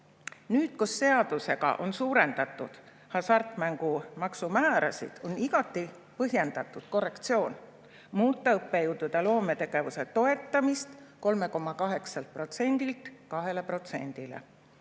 Nüüd, kus seadusega on suurendatud hasartmängumaksu määrasid, on igati põhjendatud korrektsioon muuta õppejõudude loometegevuse toetamist 3,8%‑lt